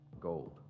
gold